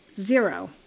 zero